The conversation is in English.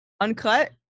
uncut